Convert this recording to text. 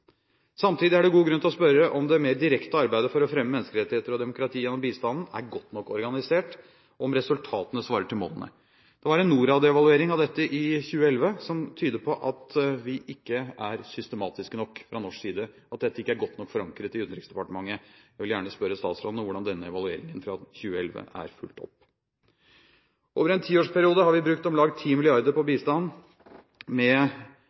Samtidig er det god grunn til å spørre om det mer direkte arbeidet for å fremme menneskerettigheter og demokrati gjennom bistanden er godt nok organisert, og om resultatene svarer til målene. Det var en Norad-evaluering av dette i 2011 som tyder på at vi ikke er systematiske nok fra norsk side – at dette ikke er godt nok forankret i Utenriksdepartementet. Jeg vil gjerne spørre statsråden om hvordan denne evalueringen fra 2011 er fulgt opp. Over en tiårsperiode har vi brukt om lag 10 mrd. kr på bistand, med